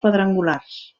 quadrangulars